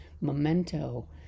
memento